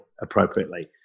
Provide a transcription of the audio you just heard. appropriately